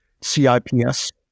CIPS